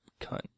cunt